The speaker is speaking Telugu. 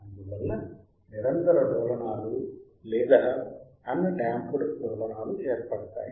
అందువల్ల నిరంతర డోలనాలు లేదా అన్ డాంపుడ్ డోలనాలు ఏర్పడతాయి